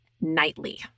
nightly